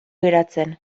geratzen